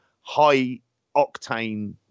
high-octane